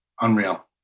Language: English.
Unreal